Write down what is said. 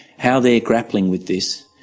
how they're grappling with this.